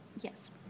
Yes